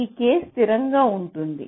ఈ K స్థిరంగా ఉంటుంది